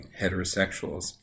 heterosexuals